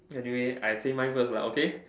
anyway I say mine first lah okay